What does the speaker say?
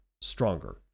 stronger